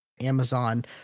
Amazon